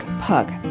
Puck